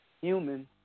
human